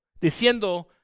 diciendo